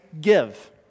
give